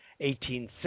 1860